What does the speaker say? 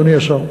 אדוני השר.